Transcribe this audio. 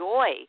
Joy